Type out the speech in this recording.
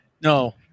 No